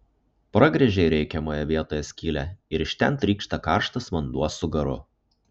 pragręžei reikiamoje vietoje skylę ir iš ten trykšta karštas vanduo su garu